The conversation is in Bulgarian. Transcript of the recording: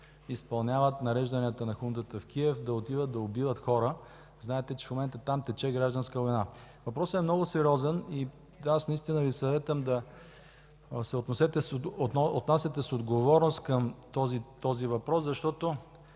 изпълняват нарежданията на хунтата в Киев да отиват да убиват хора. Знаете, че в момента там тече гражданска война. Въпросът е много сериозен и аз наистина Ви съветвам да се отнасяте с отговорност към него, защото